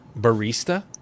barista